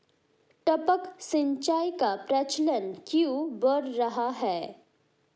टपक सिंचाई का प्रचलन क्यों बढ़ रहा है?